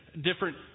different